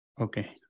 Okay